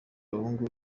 abahungu